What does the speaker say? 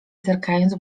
zerkając